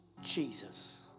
Jesus